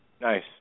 Nice